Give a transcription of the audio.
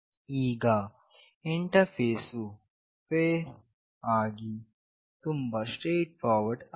ಈಗ ಇಂಟರ್ಫೇಸಿಂಗ್ ವು ಫೇರ್ ಆಗಿ ತುಂಬಾ ಸ್ಟ್ರೇಟ್ ಫಾರ್ವರ್ಡ್ ಆಗಿದೆ